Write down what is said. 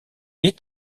est